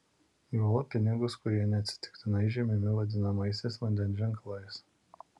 juolab pinigus kurie neatsitiktinai žymimi vadinamaisiais vandens ženklais